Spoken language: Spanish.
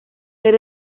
ser